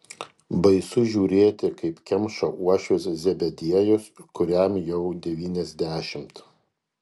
baisu žiūrėti kaip kemša uošvis zebediejus kuriam jau devyniasdešimt